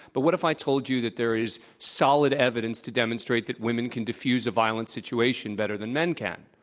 but what if i told you that there is solid evidence to demonstrate that women can defuse a violent situation better than men can?